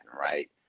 right